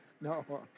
No